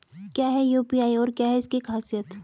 क्या है यू.पी.आई और क्या है इसकी खासियत?